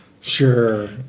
Sure